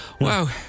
Wow